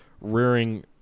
rearing